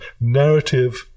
narrative